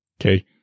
Okay